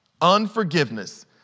Unforgiveness